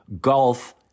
golf